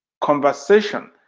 conversation